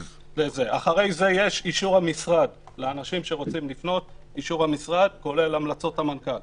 אחרי זה לאנשים שרוצים לפנות יש אישור המשרד כולל המלצות המנכ"ל.